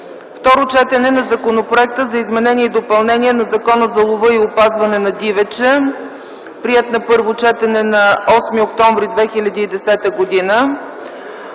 Второ четене на Законопроекта за изменение и допълнение на Закона за лова и опазване на дивеча, приет на първо четене на 8 октомври 2010 г.